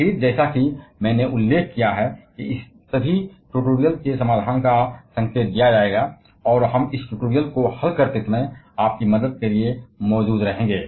फिर से जैसा कि मैंने उल्लेख किया है कि इस सभी ट्यूटोरियल के समाधान की ओर संकेत दिया जाएगा और हम इस ट्यूटोरियल को हल करते समय आपकी मदद करने के लिए मौजूद रहेंगे